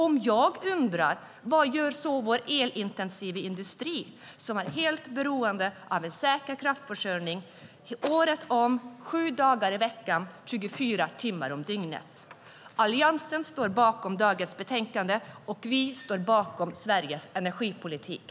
Om jag undrar, vad gör inte då vår elintensiva industri som är helt beroende av en säker kraftförsörjning året om, sju dagar i veckan, 24 timmar om dygnet? Alliansen står bakom dagens betänkande, och vi står bakom Sveriges energipolitik.